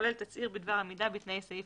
הכולל תצהיר בדבר עמידה בתנאי סעיף